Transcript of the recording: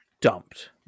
dumped